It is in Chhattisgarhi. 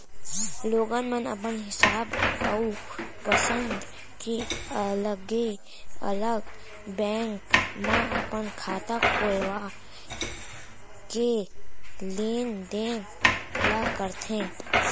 लोगन मन अपन हिसाब अउ पंसद के अलगे अलग बेंक म अपन खाता खोलवा के लेन देन ल करथे